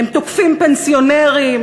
הם תוקפים פנסיונרים,